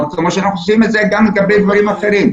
כמו שאנחנו עושים גם לגבי דברים אחרים.